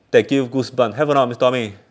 that give you goosebump have or not mister tommy